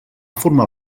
formar